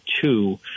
two